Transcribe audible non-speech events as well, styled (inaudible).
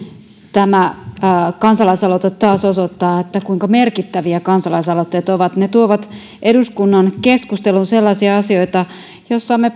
tämä kansalais aloite taas osoittaa kuinka merkittäviä kansalaisaloitteet ovat ne tuovat eduskunnan keskusteluun sellaisia asioita joissa me (unintelligible)